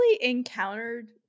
encountered